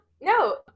No